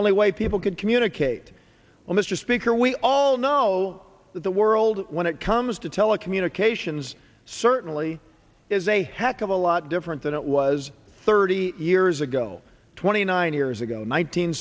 only way people could communicate well mr speaker we all know that the world when it comes to telecommunications certainly is a heck of a lot different than it was thirty years ago twenty nine years ago in